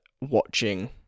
watching